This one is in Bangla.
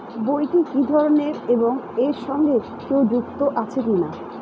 বইটি কি ধরনের এবং এর সঙ্গে কেউ যুক্ত আছে কিনা?